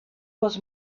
was